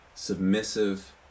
submissive